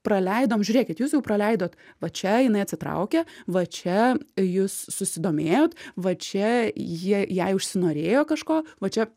praleidom žiūrėkit jūs jau praleidot va čia jinai atsitraukia va čia jūs susidomėjot va čia jie jai užsinorėjo kažko va čia